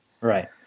right